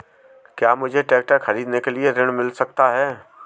क्या मुझे ट्रैक्टर खरीदने के लिए ऋण मिल सकता है?